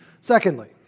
Secondly